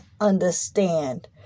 understand